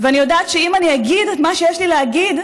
ואני יודעת שאם אני אגיד את מה שיש לי להגיד,